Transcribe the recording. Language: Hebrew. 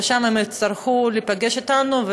ושם הם יצטרכו להיפגש אתנו,